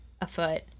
afoot